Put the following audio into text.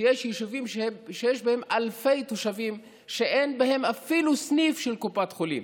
שיש יישובים שיש בהם אלפי תושבים ואין בהם אפילו סניף של קופת חולים.